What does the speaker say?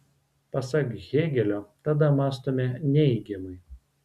pasak hėgelio tada mąstome neigiamai